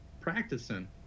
practicing